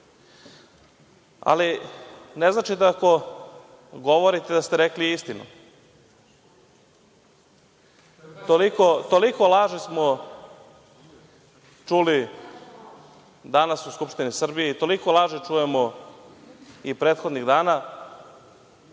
ali ne znači da ako govorite da ste rekli istinu. Toliko laži smo čuli danas u Skupštini Srbije, toliko laži čujemo i prethodnih dana